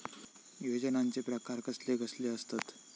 योजनांचे प्रकार कसले कसले असतत?